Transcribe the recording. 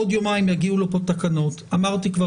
עוד יומיים יגיעו לכאן תקנות ואמרתי כבר